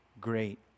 great